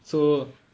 so